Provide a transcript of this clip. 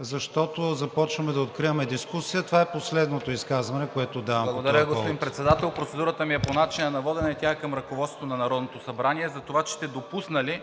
защото започваме да откриваме дискусия. Това е последното изказване, което давам. ГЕОРГИ СВИЛЕНСКИ (БСП за България): Благодаря, господин Председател. Процедурата ми е по начина на водене и тя е към ръководството на Народното събрание, затова, че сте допуснали